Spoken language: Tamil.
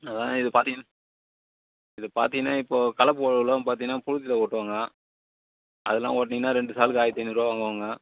அதுதான் இது பார்த்தீங் இது பார்த்தீங்கன்னா இப்போது கலப்பு உழவுலாம் பார்த்தீங்கன்னா புழுதியில் ஓட்டுவாங்க அதெல்லாம் ஓட்டினீங்கன்னா ரெண்டு சாலுக்கு ஆயிரத்து ஐந்நூறு வாங்குவாங்க